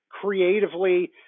creatively